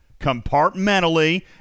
Compartmentally